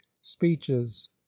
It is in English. speeches